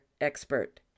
expert